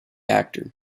actor